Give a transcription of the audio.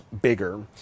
bigger